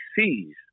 sees